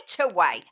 away